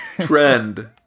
Trend